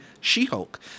She-Hulk